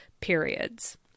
periods